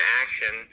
action